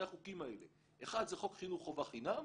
החוקים האלה אחד זה חוק חינוך חובה חינם,